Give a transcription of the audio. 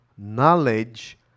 knowledge